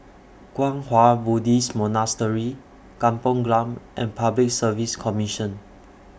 Kwang Hua Buddhist Monastery Kampong Glam and Public Service Commission